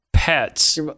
Pets